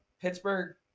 Pittsburgh